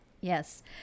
Yes